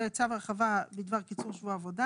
וצו הרחבה בדבר קיצור שבוע העבודה